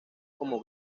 como